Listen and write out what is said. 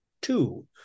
two